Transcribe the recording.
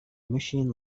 machine